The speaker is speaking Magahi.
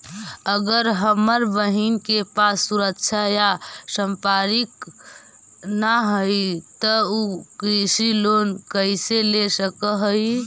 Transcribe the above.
अगर हमर बहिन के पास सुरक्षा या संपार्श्विक ना हई त उ कृषि लोन कईसे ले सक हई?